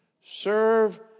Serve